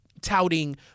touting